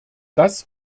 das